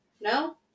No